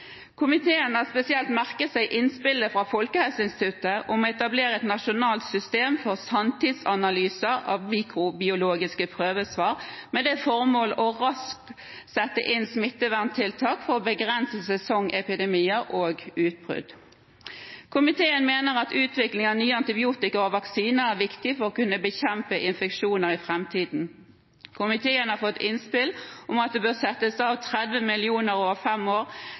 Komiteen har spesielt merket seg innspillet fra Folkehelseinstituttet om å etablere et nasjonalt system for sanntidsanalyser av mikrobiologiske prøvesvar med det formål raskt å sette inn smitteverntiltak for å begrense sesongepidemier og utbrudd. Komiteen mener at utvikling av nye antibiotika og vaksiner er viktig for å kunne bekjempe infeksjoner i framtiden. Komiteen har fått innspill om at det bør settes av 30 mill. kr over fem år